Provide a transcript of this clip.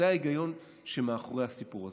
זה ההיגיון שמאחורי הסיפור הזה.